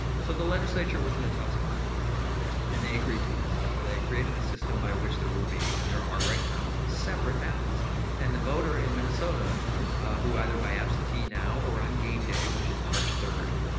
so, the legislature was in a tough spot and they agreed to this. so, they created a system by which there will be and there are right now separate ballots and the voter in minnesota who either by absentee now or on game day which is march third,